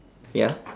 ya